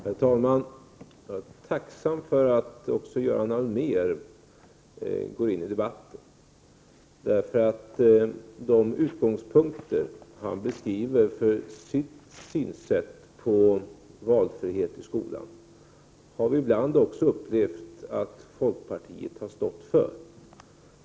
Herr talman! Jag är tacksam för att även Göran Allmér går in i debatten. De utgångspunkter han beskriver för hans synsätt på valfrihet i skolan har jag ibland upplevt att också folkpartiet har stått för.